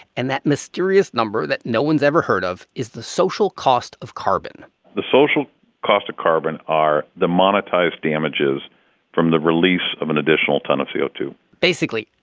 and that mysterious number that no one's ever heard of is the social cost of carbon the social cost of carbon are the monetized damages from the release of an additional ton of c o two point basically,